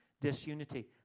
disunity